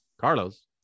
Carlos